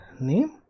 name